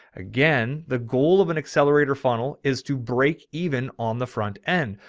again, the goal of an accelerator funnel is to break. even on the front end,